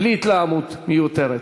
בלי התלהמות מיותרת.